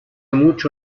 mucho